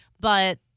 but-